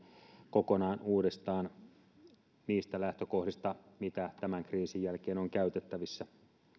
kokonaan uudestaan niistä lähtökohdista mitä tämän kriisin jälkeen on käytettävissä